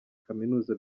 kaminuza